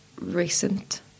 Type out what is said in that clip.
recent